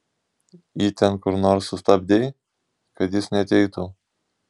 jį ten kur nors sustabdei kad jis neateitų